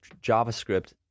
JavaScript